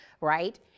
right